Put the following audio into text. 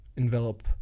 Envelop